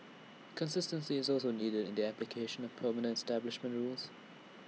consistency is also needed in the application of permanent establishment rules